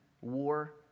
war